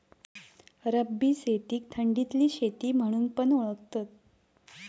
रब्बी शेतीक थंडीतली शेती म्हणून पण ओळखतत